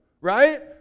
Right